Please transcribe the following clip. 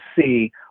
see